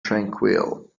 tranquil